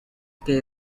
que